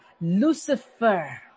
Lucifer